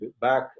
back